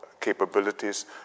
capabilities